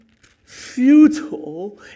futile